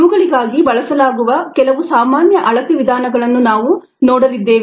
ಇವುಗಳಿಗಾಗಿ ಬಳಸಲಾಗುವ ಕೆಲವು ಸಾಮಾನ್ಯ ಅಳತೆ ವಿಧಾನಗಳನ್ನು ನಾವು ನೋಡಲಿದ್ದೇವೆ